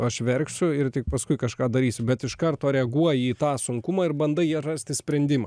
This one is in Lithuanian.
aš verksiu ir tik paskui kažką darysiu bet iš karto reaguoji į tą sunkumą ir bandai ją rasti sprendimą